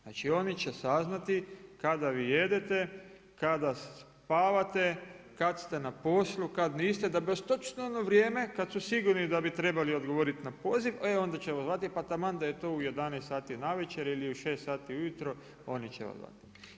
Znači, oni će saznati kada vi jedete, kada spavate, kad ste na poslu, kad niste da bi vas točno ono vrijeme kad su sigurni da bi trebali odgovoriti na poziv, e onda ćemo zvati pa taman da je to u 11 sati navečer ili u 6 sati ujutro oni će vas zvati.